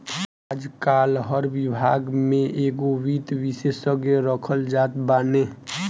आजकाल हर विभाग में एगो वित्त विशेषज्ञ रखल जात बाने